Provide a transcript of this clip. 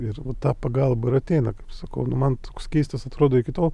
ir ta pagalba ir ateina kaip sakau nu man toks keistas atrodo iki tol